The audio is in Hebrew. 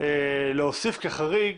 להוסיף כחריג